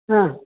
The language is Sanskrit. हा